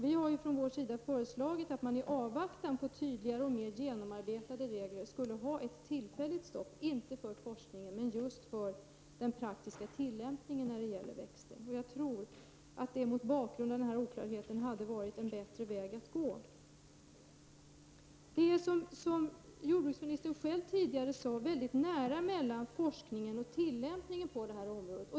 Vi från vpk-s sida har föreslagit att man i avvaktan på tydligare och mer genomarbetade regler skulle ha ett tillfälligt stopp, inte för forskningen utan just för den praktiska tillämpningen när det gäller växter. Jag tror att detta med tanke på den oklarhet som råder hade varit en bättre väg att gå. Som jordbruksministern själv tidigare sade är det väldigt nära mellan forskning och tillämpning på detta område.